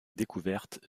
découverte